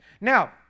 Now